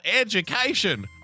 education